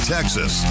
Texas